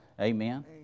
Amen